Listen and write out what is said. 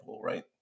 right